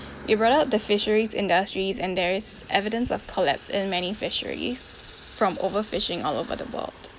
you brought up the fisheries industries and there is evidence of collapse in many fisheries from overfishing all over the world